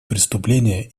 преступление